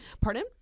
Pardon